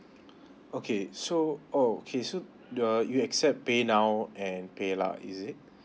okay so oh okay so you're you accept paynow and paylah is it